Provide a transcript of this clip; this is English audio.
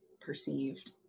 perceived